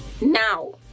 Now